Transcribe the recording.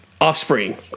Offspring